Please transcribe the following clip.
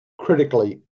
critically